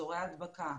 אזורי הדבקה,